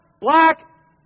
Black